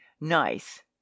Nice